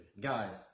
Guys